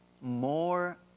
more